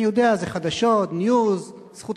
אני יודע, זה חדשות, news,